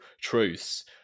truths